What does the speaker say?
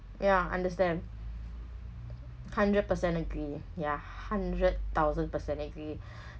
ya understand hundred percent agree ya hundred thousand percent agree